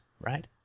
right